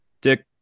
Dick